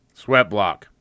Sweatblock